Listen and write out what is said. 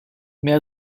mais